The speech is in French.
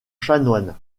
chanoines